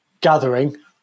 gathering